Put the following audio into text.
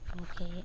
okay